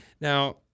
Now